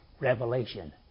revelation